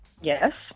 Yes